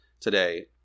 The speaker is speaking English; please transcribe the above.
today